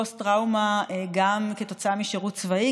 פוסט-טראומה גם כתוצאה משירות צבאי,